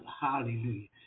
Hallelujah